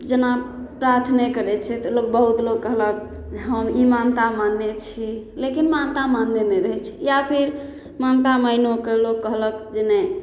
जेना प्राथने करै छै तऽ लोक बहुत लोक कहलक हम ई मानता मानने छी लेकिन मानता मानने नहि रहै छै या फेर मानता मानिओकऽ लोक कहलक जे नहि